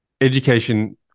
education